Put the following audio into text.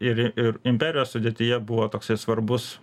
ir ir imperijos sudėtyje buvo toksai svarbus